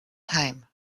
time